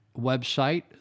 website